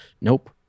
Nope